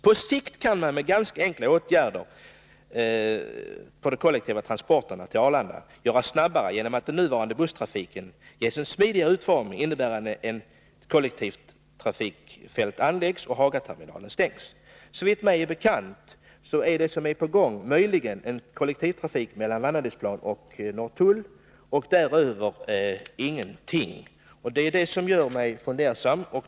På kort sikt kan med ganska enkla åtgärder de kollektiva transporterna till Arlanda göras snabbare genom att den nuvarande busstrafiken ges en smidigare utformning, innebärande att kollektivfält anläggs och Hagaterminalen stängs.” Såvitt mig är bekant är möjligen något på gång när det gäller kollektivtrafiken mellan Vanadisplan och Norrtull, men inget annat därutöver. Det är det som gör mig fundersam.